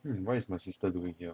hmm why is my sister doing here